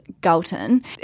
Galton